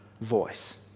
voice